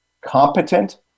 competent